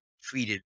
treated